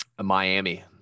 Miami